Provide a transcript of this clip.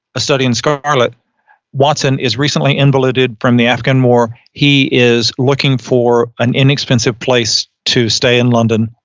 a study in scarlet watson is recently involuted from the african more. he is looking for an inexpensive place to stay in london.